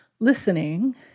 Listening